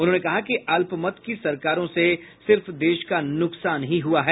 उन्होंने कहा कि अल्पमत की सरकारों से सिर्फ देश का नुकसान ही हुआ है